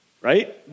Right